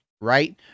right